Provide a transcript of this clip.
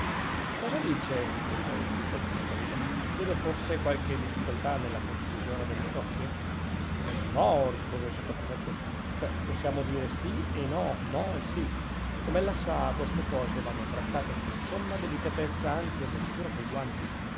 che cosa dice gridò il duca di francavilla vede forse qualche difficoltà nella conclusione del negozio no rispose il sottoprefetto cioè possiamo dire sì e no no e sì com'ella sa queste cose vanno trattate con somma delicatezza anzi a dirittura coi guanti